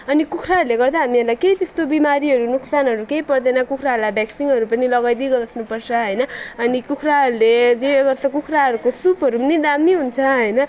अनि कुखुराहरूले गर्दा हामीहरूलाई केही त्यस्तो बिमारीहरू नोक्सानहरू केही पर्दैन कुखुराहरूलाई भ्याक्सिनहरू पनि लगाइदिई बस्नुपर्छ होइन अनि कुखुराहरूले जे गर्छ कुखुराहरूको सुपहरू पनि दामी हुन्छ होइन